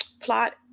plot